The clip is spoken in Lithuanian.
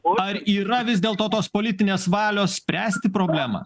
ar yra vis dėlto tos politinės valios spręsti problemą